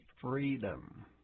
freedom